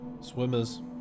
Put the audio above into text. swimmers